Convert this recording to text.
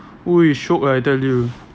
oo shiok ah I tell you